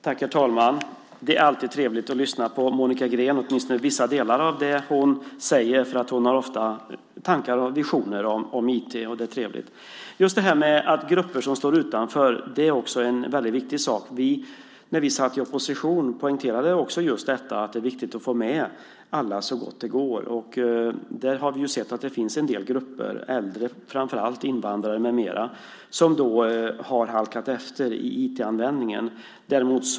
Herr talman! Det är alltid trevligt att lyssna på Monica Green, åtminstone vissa delar av det hon säger. Hon har ofta tankar och visioner om IT. Det är trevligt. Grupper som står utanför är en viktig sak. När vi satt i opposition poängterade vi att det är viktigt att få med alla så gott det går. Vi har sett att det finns en del grupper - äldre och invandrare till exempel - som har halkat efter i IT-användningen.